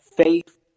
Faith